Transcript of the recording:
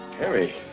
Harry